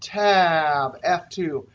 tab f two.